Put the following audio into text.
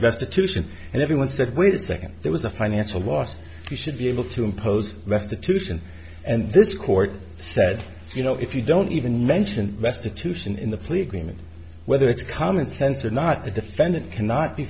restitution and everyone said wait a second there was a financial loss you should be able to impose restitution and this court said you know if you don't even mention restitution in the plea agreement whether it's common sense or not that the bennett cannot be